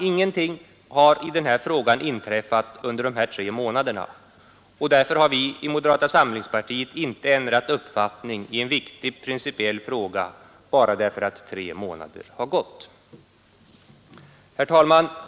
Ingenting har inträffat under dessa tre månader, och vi i moderata samlingspartiet har inte ändrat uppfattning i en viktig principiell fråga bara därför att tre månader har gått. Herr talman!